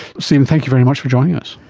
stephen, thanks very much for joining us.